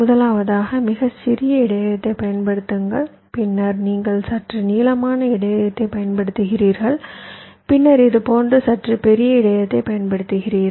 முதலாவதாக மிகச் சிறிய இடையகத்தைப் பயன்படுத்துங்கள் பின்னர் நீங்கள் சற்று நீளமான இடையகத்தைப் பயன்படுத்துகிறீர்கள் பின்னர் இது போன்ற சற்று பெரிய இடையகத்தைப் பயன்படுத்துகிறீர்கள்